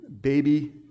baby